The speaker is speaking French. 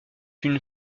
une